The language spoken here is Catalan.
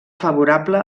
favorable